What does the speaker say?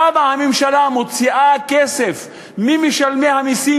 והממשלה מוציאה כסף ממשלמי המסים,